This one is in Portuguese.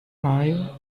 maio